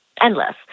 endless